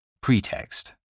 Pretext